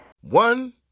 One